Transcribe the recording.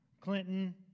Clinton